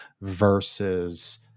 versus